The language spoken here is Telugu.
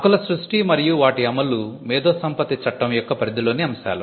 హక్కుల సృష్టి మరియు వాటి అమలు మేధో సంపత్తి చట్టం యొక్క పరిధిలోని అంశాలు